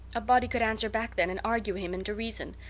a body could answer back then and argue him into reason.